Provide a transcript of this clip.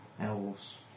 Elves